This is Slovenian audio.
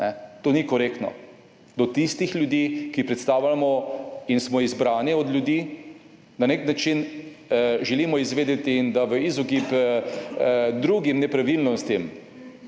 To ni korektno do tistih ljudi, ki predstavljamo in smo izbrani od ljudi. Na nek način želimo izvedeti in da v izogib drugim nepravilnostim,